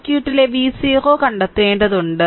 സർക്യൂട്ടിലെ v 0 കണ്ടെത്തേണ്ടതുണ്ട്